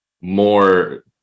more